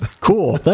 Cool